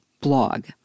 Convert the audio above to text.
blog